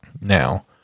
Now